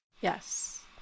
Yes